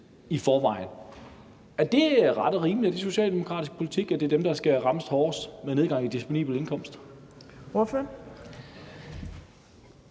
har mindst. Er det ret og rimeligt? Er det socialdemokratisk politik, at det er dem, der skal rammes hårdest med en nedgang i disponibel indkomst?